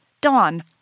DAWN